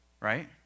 Right